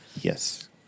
Yes